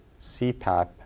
CPAP